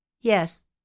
Yes